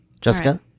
Jessica